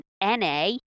N-A